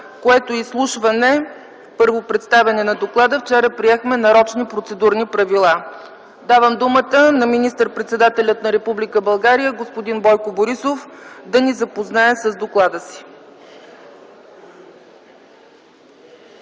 което изслушване, първо представяне на доклада, вчера приехме нарочни процедурни правила. Давам думата на министър-председателя на Република България господин Бойко Борисов да ни запознае с доклада си.